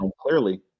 clearly